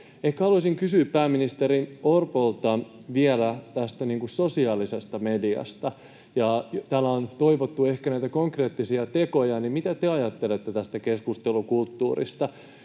haluaisin kysyä pääministeri Orpolta vielä tästä sosiaalisesta mediasta. Kun täällä on toivottu ehkä näitä konkreettisia tekoja, niin mitä te ajattelette tästä keskustelukulttuurista?